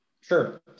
Sure